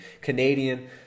Canadian